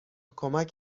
کمک